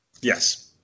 Yes